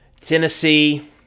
Tennessee